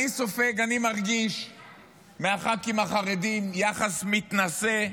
אני סופג, אני מרגיש מהח"כים החרדים יחס מתנשא,